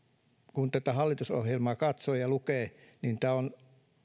kun tätä hallitusohjelmaa katsoo ja lukee niin tämä on